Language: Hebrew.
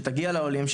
שתגיע לעולים,